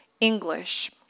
English